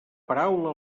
paraula